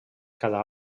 cada